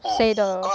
谁的